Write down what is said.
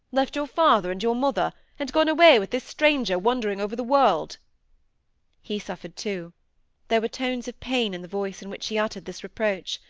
left your father and your mother, and gone away with this stranger, wandering over the world he suffered, too there were tones of pain in the voice in which he uttered this reproach.